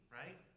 right